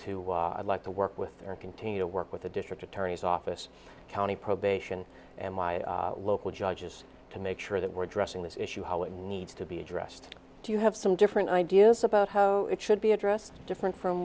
to i'd like to work with there continue to work with the district attorney's office county probation and my local judges to make sure that we're addressing this issue how it needs to be addressed do you have some different ideas about how it should be addressed different from